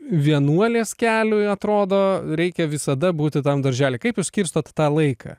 vienuolės keliui atrodo reikia visada būti tam daržely kaip paskirstot tą laiką